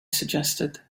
suggested